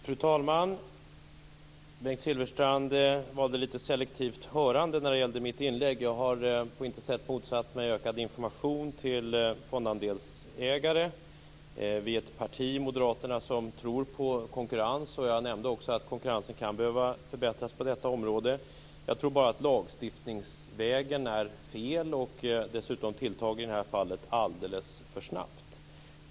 Fru talman! Bengt Silfverstrand valde lite selektivt hörande när det gällde mitt inlägg. Jag har på intet sätt motsatt mig ökad information till fondandelsägare. Moderaterna är ett parti som tror på konkurrens. Jag nämnde också att konkurrensen kan behöva förbättras på detta område. Jag tror bara att lagstiftningsvägen är fel och dessutom i detta fall tilltagen alldeles för snabbt.